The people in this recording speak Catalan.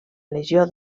legió